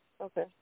Okay